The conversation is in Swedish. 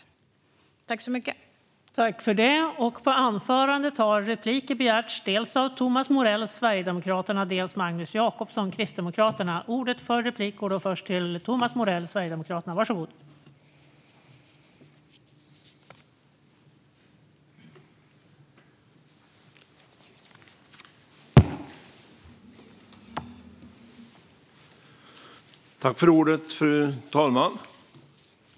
Inget annat kan vara målet.